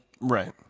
right